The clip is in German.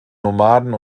nomaden